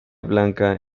blanca